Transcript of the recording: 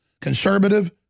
conservative